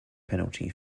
penalty